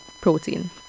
protein